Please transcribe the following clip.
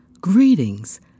greetings